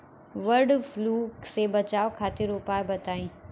वड फ्लू से बचाव खातिर उपाय बताई?